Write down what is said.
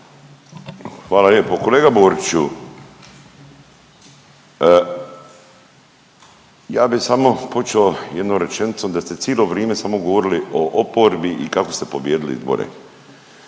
Hvala lijepo. Kolega Boriću ja bih samo počeo jednu rečenicu da ste cilo vrime samo govorili o oporbi i kako ste pobijedili izbore.